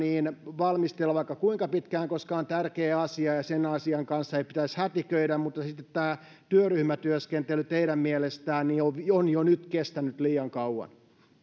valmistella vaikka kuinka pitkään koska asia on tärkeä ja sen asian kanssa ei pitäisi hätiköidä mutta sitten tämä työryhmätyöskentely teidän mielestänne on jo nyt kestänyt liian kauan